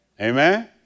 Amen